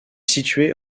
situé